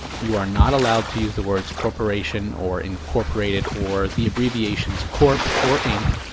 you are not allowed to use the words corporation or incorporated, or the abbreviations corp. or inc.